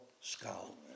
skull